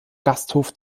gasthof